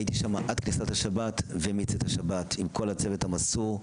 והייתי שם עד כניסת שבת ומצאת השבת עם כל הצוות המסור,